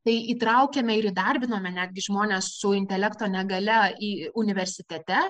tai įtraukiame ir įdarbinome netgi žmones su intelekto negalia į universitete